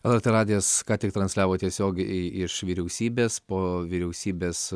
lrt radijas ką tik transliavo tiesiogiai iš vyriausybės po vyriausybės